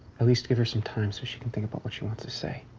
at least give her some time so she can think about what she wants to say.